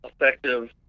effective